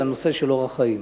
אלא נושא של אורח חיים.